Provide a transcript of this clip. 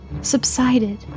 subsided